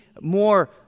more